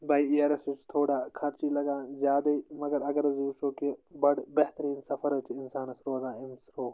بَاے اِیَرَس حظ چھِ تھوڑا خرچی لَگان زیادٔے مگر اگر حظ وُچھو کہِ بَڑٕ بہتریٖن سفر حظ چھُ انسانَس روزان اَمہِ تھرٛوٗ